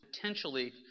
potentially